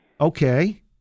Okay